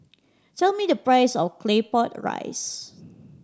tell me the price of Claypot Rice